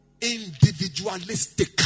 individualistic